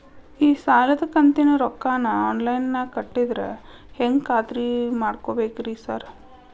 ಈ ಸಾಲದ ಕಂತಿನ ರೊಕ್ಕನಾ ಆನ್ಲೈನ್ ನಾಗ ಕಟ್ಟಿದ್ರ ಹೆಂಗ್ ಖಾತ್ರಿ ಮಾಡ್ಬೇಕ್ರಿ ಸಾರ್?